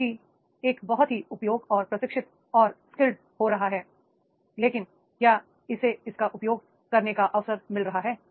क्योंकि एक बहुत ही योग्य और प्रशिक्षित और स्किल्स हो सकता है लेकिन क्या उसे इसका उपयोग करने का अवसर मिल रहा है